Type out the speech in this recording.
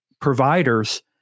providers